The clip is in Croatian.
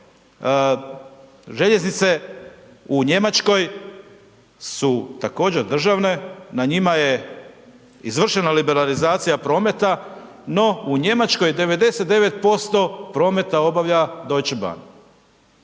Željeznice u Njemačkoj su također državne, na njima je izvršena liberalizacija prometa, no u Njemačkoj 99% prometa obavlja Deutsche Bahn.